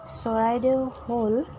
চৰাইদেউ হ'ল